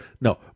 No